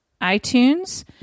iTunes